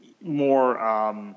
more